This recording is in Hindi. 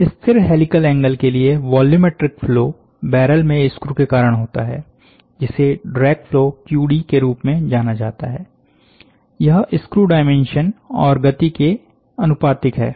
एक स्थिर हेलीकल एंगल के लिए वॉल्यूमैट्रिक फ्लो बैरल में स्क्रू के कारण होता है जिसे ड्रैग फ्लो QD के रूप में जाना जाता है यह स्क्रू डायमेंशन और गति के अनुपातिक है